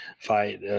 fight